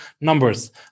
numbers